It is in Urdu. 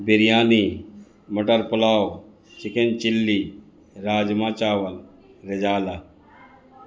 بریانی مٹر پلاؤ چکن چلی راجما چاول رزالا